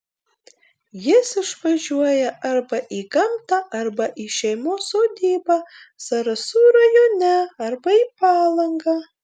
jis išvažiuoja arba į gamtą arba į šeimos sodybą zarasų rajone arba į palangą